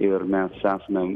ir mes esame